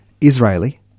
Israeli